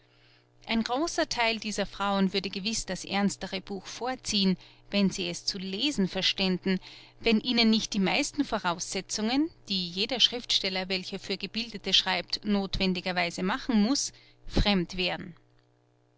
ein großer theil dieser frauen würde gewiß das ernstere buch vorziehen wenn sie es zu lesen verständen wenn ihnen nicht die meisten voraussetzungen die jeder schriftsteller welcher für gebildete schreibt nothwendiger weise machen muß fremd wären